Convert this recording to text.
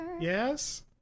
Yes